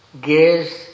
gaze